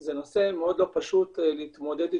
זה נושא מאוד לא פשוט להתמודד איתו.